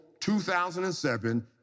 2007